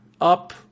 Up